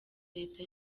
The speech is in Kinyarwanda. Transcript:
leta